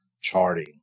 charting